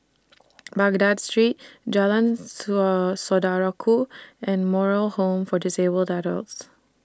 Baghdad Street Jalan Saw Saudara Ku and Moral Home For Disabled Adults